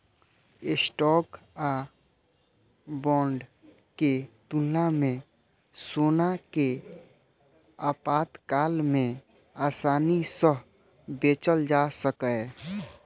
stock आ bond के तुलना मे सोना कें आपातकाल मे आसानी सं बेचल जा सकैए